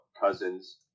cousins